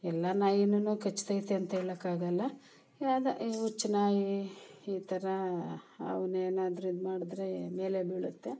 ಎಲ್ಲ ನಾಯಿನೂ ಕಚ್ತೈತೆ ಅಂತ ಹೇಳೋಕೆ ಆಗಲ್ಲ ಯಾವ್ದು ಈ ಹುಚ್ಚು ನಾಯಿ ಈ ಥರ ಅವನ್ನೇನಾದ್ರೂ ಇದ್ಮಾಡಿದ್ರೆ ಮೇಲೆ ಬೀಳುತ್ತೆ